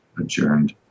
adjourned